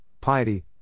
piety